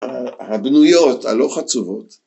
הבנויות, הלא חצובות